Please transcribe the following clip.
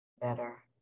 better